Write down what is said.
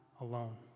alone